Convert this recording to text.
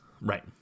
Right